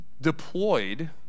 deployed